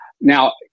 Now